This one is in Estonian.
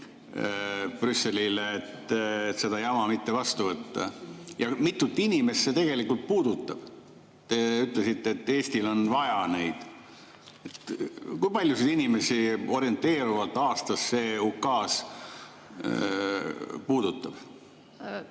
Brüsselile, et seda jama mitte vastu võtta. Ja mitut inimest see tegelikult puudutab? Te ütlesite, et Eestil on neid vaja. Kui paljusid inimesi orienteerivalt aastas see ukaas puudutab?